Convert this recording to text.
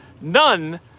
none